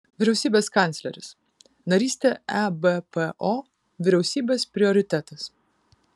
vyriausybės kancleris narystė ebpo vyriausybės prioritetas